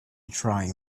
trying